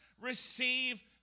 Receive